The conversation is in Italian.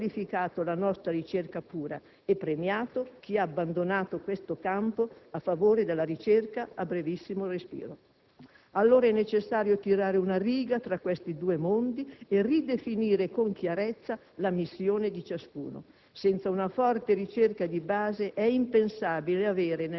hanno dequalificato la nostra ricerca pura e premiato chi ha abbandonato questo campo a favore della ricerca a brevissimo respiro. Allora, è necessario tirare una riga tra questi due mondi e ridefinire con chiarezza la missione di ciascuno: senza una forte ricerca di base è impensabile avere,